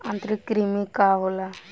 आंतरिक कृमि का होला?